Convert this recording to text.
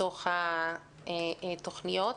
בתוך התכניות.